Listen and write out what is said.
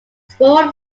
small